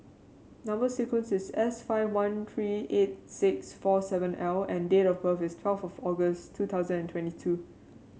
number sequence is S five one three eight six four seven L and date of birth is twelve of August two thousand and twenty two